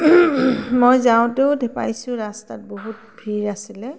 মই যাওঁতেও পাইছোঁ ৰাস্তাত বহুত ভিৰ আছিলে